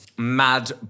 Mad